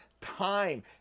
time